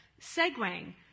segueing